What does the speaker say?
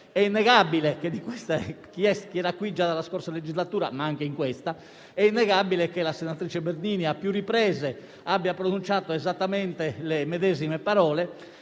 è innegabile che la senatrice Bernini a più riprese abbia pronunciato esattamente le medesime parole